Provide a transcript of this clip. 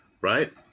Right